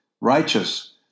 righteous